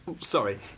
Sorry